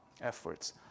efforts